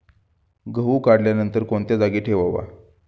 गहू काढल्यानंतर कोणत्या जागी ठेवावा?